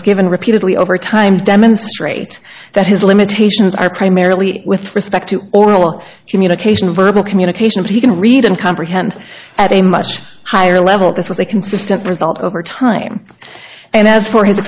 was given repeatedly over time demonstrate that his limitations are primarily with respect to oral communication verbal communication of he can read and comprehend at a much higher level this was a consistent result over time and as for his